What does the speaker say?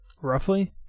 Roughly